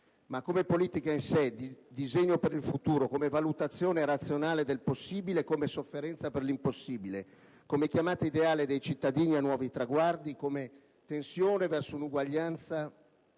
ma come politica in sé, disegno per il futuro; come valutazione razionale del possibile e come sofferenza per l'impossibile; come chiamata ideale dei cittadini a nuovi traguardi; come tensione verso un'uguaglianza